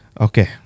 Okay